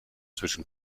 zwischen